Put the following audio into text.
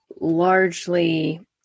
largely